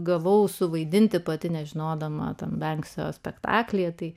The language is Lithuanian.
gavau suvaidinti pati nežinodama to spektaklyje tai